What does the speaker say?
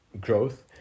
growth